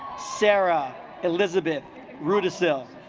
sara elizabeth rudisill